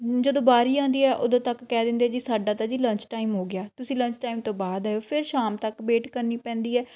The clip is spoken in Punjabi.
ਜਦੋਂ ਬਾਰੀ ਆਉਂਦੀ ਆ ਉਦੋਂ ਤੱਕ ਕਹਿ ਦਿੰਦੇ ਜੀ ਸਾਡਾ ਤਾਂ ਜੀ ਲੰਚ ਟਾਈਮ ਹੋ ਗਿਆ ਤੁਸੀਂ ਲੰਚ ਟਾਈਮ ਤੋਂ ਬਾਅਦ ਆਇਓ ਫਿਰ ਸ਼ਾਮ ਤੱਕ ਵੇਟ ਕਰਨੀ ਪੈਂਦੀ ਹੈ